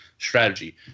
strategy